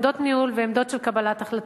עמדות ניהול ועמדות של קבלת החלטות.